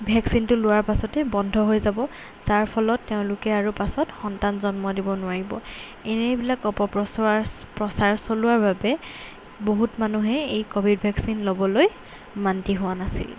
ভেকচিনটো লোৱাৰ পাছতে বন্ধ হৈ যাব যাৰ ফলত তেওঁলোকে আৰু পাছত সন্তান জন্ম দিব নোৱাৰিব এনেবিলাক অপ প্ৰচাৰ চলোৱাৰ বাবে বহুত মানুহে এই ক'ভিড ভেকচিন ল'বলৈ মান্তি হোৱা নাছিল